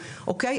אוקיי?